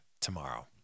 tomorrow